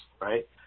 right